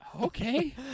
Okay